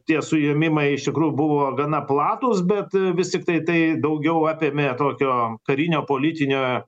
tie suėmimai iš tikrųjų buvo gana platūs bet vis tiktai tai daugiau apėmė tokio karinio politinio